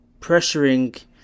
pressuring